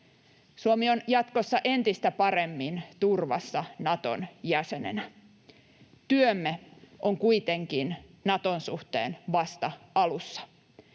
Suomi on jatkossa entistä paremmin turvassa Naton jäsenenä. Työmme on kuitenkin Naton suhteen vasta alussa.